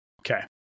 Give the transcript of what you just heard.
okay